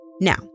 Now